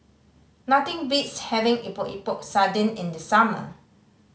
nothing beats having Epok Epok Sardin in the summer